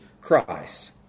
Christ